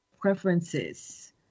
preferences